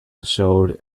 showed